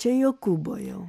čia jokūbo jau